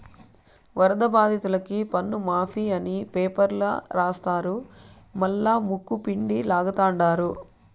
వరద బాధితులకి పన్నుమాఫీ అని పేపర్ల రాస్తారు మల్లా ముక్కుపిండి లాగతండారు